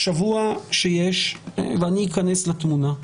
בשבוע שיש אני אכנס לתמונה,